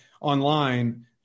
online